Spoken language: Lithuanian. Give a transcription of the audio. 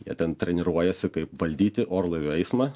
jie ten treniruojasi kaip valdyti orlaivių eismą